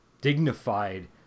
dignified